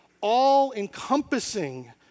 all-encompassing